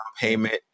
payment